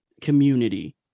community